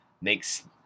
makes